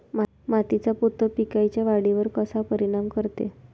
मातीचा पोत पिकाईच्या वाढीवर कसा परिनाम करते?